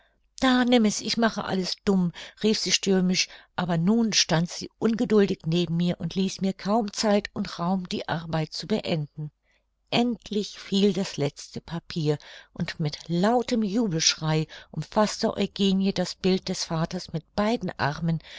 da nimm es ich mache alles dumm rief sie stürmisch aber nun stand sie ungeduldig neben mir und ließ mir kaum zeit und raum die arbeit zu beenden endlich fiel das letzte papier und mit einem lautem jubelschrei umfaßte eugenie das bild des vaters mit beiden armen